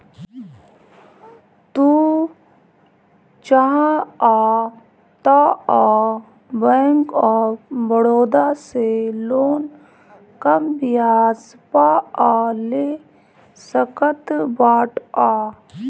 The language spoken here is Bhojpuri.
तू चाहअ तअ बैंक ऑफ़ बड़ोदा से लोन कम बियाज पअ ले सकत बाटअ